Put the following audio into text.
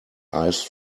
ice